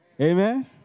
Amen